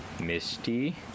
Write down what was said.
Misty